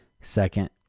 second